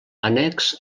annex